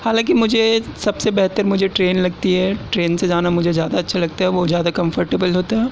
حالانکہ مجھے سب سے بہتر مجھے ٹرین لگتی ہے ٹرین سے جانا مجھے زیادہ اچھا لگتا ہے وہ زیادہ کمفرٹیبل ہوتا ہے